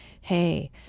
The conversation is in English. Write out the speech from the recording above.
hey